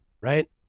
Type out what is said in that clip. right